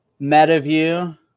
MetaView